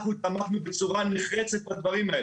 אנחנו תמכנו בצורה נחרצת בדברים האלה.